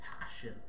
passion